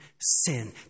sin